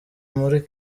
muri